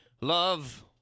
love